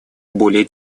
более